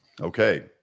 Okay